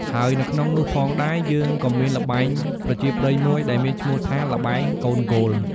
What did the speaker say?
ហើយនៅក្នុងនោះផងដែរ យើងក៏មានល្បែងប្រជាប្រិយមួយដែលមានឈ្មោះថា ល្បែងកូនគោល។